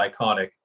iconic